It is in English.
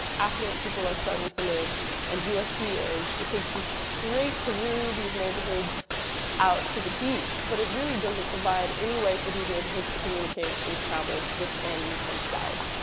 affluent people are starting to live and usc is. it takes you straight through these neighborhoods out to the beach. but it really doesn't provide any way for these neighborhoods to communicate and travel within themselves.